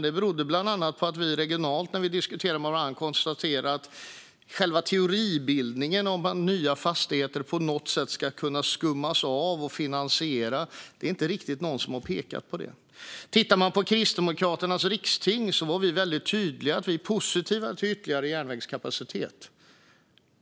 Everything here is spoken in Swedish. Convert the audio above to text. Det berodde bland annat på att vi, när vi diskuterade regionalt, konstaterade att ingen riktigt har pekat på själva teoribildningen om vad nya fastigheter på något sätt ska kunna skummas av och finansiera. På Kristdemokraternas riksting var vi väldigt tydliga med att vi är positiva till ytterligare järnvägskapacitet.